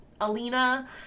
Alina